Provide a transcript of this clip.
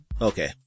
Okay